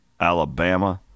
alabama